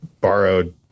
borrowed